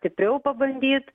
stipriau pabandyt